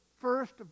first